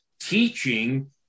teaching